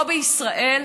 פה, בישראל,